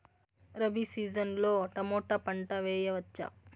Rabi season లో tomato పంట వేయవచ్చా?